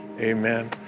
amen